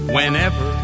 Whenever